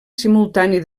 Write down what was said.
simultani